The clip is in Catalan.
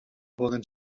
poden